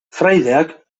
fraideak